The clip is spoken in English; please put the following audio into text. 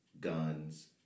guns